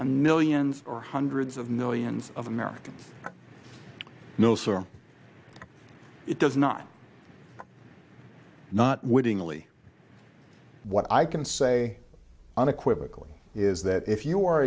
on millions or hundreds of millions of americans no sir it does not not wittingly what i can say unequivocally is that if you